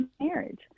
marriage